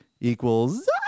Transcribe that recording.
equals